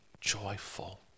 joyful